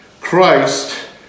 Christ